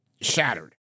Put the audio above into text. shattered